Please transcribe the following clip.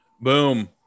boom